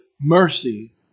mercy